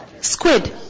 squid